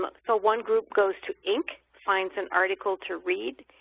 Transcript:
but so one group goes to inc, finds and article to read,